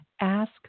ask